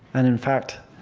and in fact,